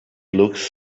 looks